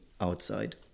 outside